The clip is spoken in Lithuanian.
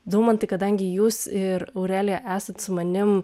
daumantai kadangi jūs ir aurelija esat su manim